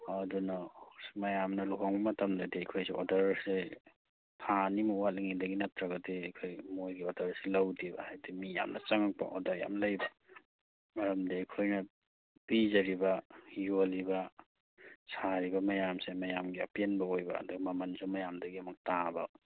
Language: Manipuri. ꯑꯥ ꯑꯗꯨꯅ ꯃꯌꯥꯝꯅ ꯂꯨꯍꯣꯡꯕ ꯃꯇꯝꯗꯗꯤ ꯑꯩꯈꯣꯏꯁꯨ ꯑꯣꯗꯔꯁꯦ ꯊꯥ ꯑꯅꯤꯃꯨꯛ ꯋꯥꯠꯂꯤꯉꯩꯗꯒꯤ ꯅꯠꯇ꯭ꯔꯒꯗꯤ ꯑꯩꯈꯣꯏ ꯃꯣꯏꯒꯤ ꯑꯣꯗꯔꯁꯤ ꯂꯧꯗꯦꯕ ꯍꯥꯏꯕꯗꯤ ꯃꯤ ꯌꯥꯝꯅ ꯆꯪꯉꯛꯄ ꯑꯣꯗꯔ ꯌꯥꯝ ꯂꯩꯕ ꯃꯔꯝꯗꯤ ꯑꯩꯈꯣꯏꯅ ꯄꯤꯖꯔꯤꯕ ꯌꯣꯜꯂꯤꯕ ꯁꯥꯔꯤꯕ ꯃꯌꯥꯝꯁꯦ ꯃꯌꯥꯝꯒꯤ ꯑꯄꯦꯟꯕ ꯑꯣꯏꯕ ꯑꯗꯒꯤ ꯃꯃꯟꯁꯨ ꯃꯌꯥꯝꯗꯒꯤ ꯑꯃꯨꯛ ꯇꯥꯕ